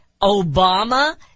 Obama